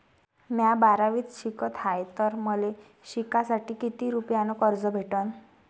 म्या बारावीत शिकत हाय तर मले शिकासाठी किती रुपयान कर्ज भेटन?